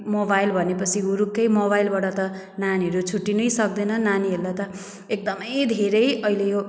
mobile भनेपछि हुरुक्कै मोबाइलबाट त नानीहरू छुट्टिनै सक्दैन नानीहरूलाई त एकदमै धेरै अहिले यो